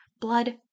Blood